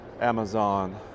Amazon